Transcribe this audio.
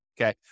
okay